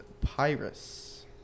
Pyrus